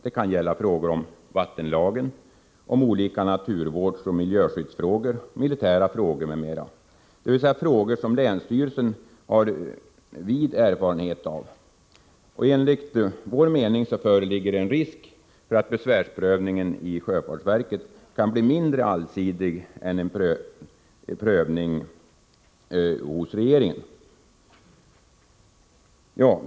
Det kan gälla frågor enligt vattenlagen, olika naturvårdsoch miljöskyddsfrågor, militära frågor m.m., dvs. frågor som länsstyrelsen har en vid erfarenhet av. Enligt vår mening föreligger det en risk för att besvärsprövningen i sjöfartsverket kan bli mindre allsidig än prövningen hos regeringen.